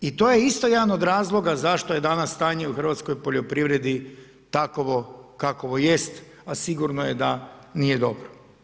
I to je isto jedan od razloga zašto je danas stanje u hrvatskoj poljoprivredi takovo kakovo jest, a sigurno je da nije dobro.